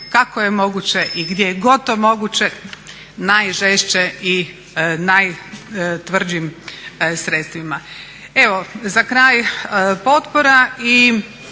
kako je moguće i gdje god je to moguće najžešće i najtvrđim sredstvima. Evo za kraj, potpora i